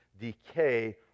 decay